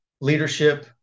leadership